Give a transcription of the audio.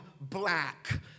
black